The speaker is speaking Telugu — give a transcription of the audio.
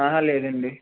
లేదు అండి